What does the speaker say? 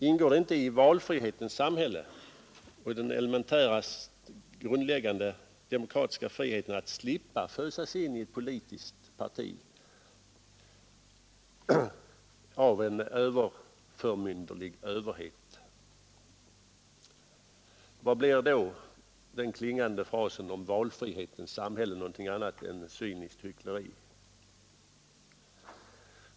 Ingår det inte i valfrihetens samhälle och i den elementära, grundläggande demokratiska friheten att slippa fösas in i ett politiskt parti av en överförmynderlig överhet? — Om inte, vad blir då den klingande frasen om valfrihetens samhälle annat än cyniskt hyckleri?